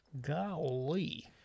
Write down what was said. golly